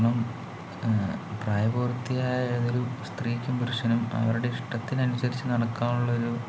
കാരണം പ്രായപൂർത്തിയായൊരു സ്ത്രീക്കും പുരുഷനും അവരുടെ ഇഷ്ട്ടത്തിനനുസരിച്ച് നടക്കാനുള്ളൊരു